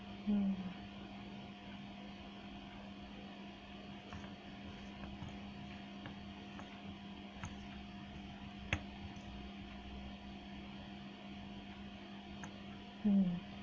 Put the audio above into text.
um um